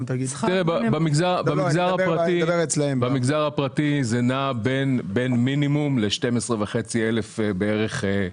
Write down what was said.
במגזר הפרטי זה נע בין מינימום ל-12,500 שקל.